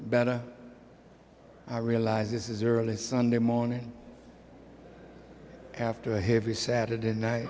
better i realize this is early sunday morning after a heavy saturday night